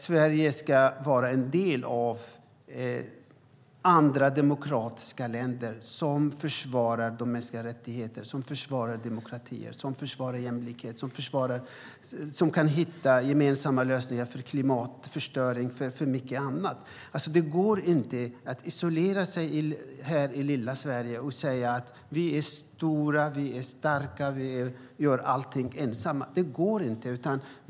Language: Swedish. Sverige ska vara ett av de demokratiska länder som försvarar de mänskliga rättigheterna, som försvarar demokratier, som försvarar jämlikhet, som kan hitta gemensamma lösningar för klimatförstöring och mycket annat. Det går inte att isolera sig här i lilla Sverige och säga att vi är stora, starka och gör allting ensamma. Det går inte.